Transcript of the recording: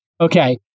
Okay